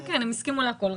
הם הסכימו לכל.